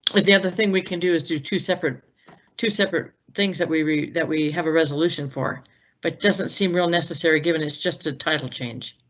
but the other thing we can do is do two separate two separate things that we we that we have a resolution for but doesn't seem real necessary given is just a title change.